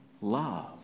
love